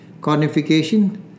Cornification